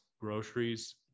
groceries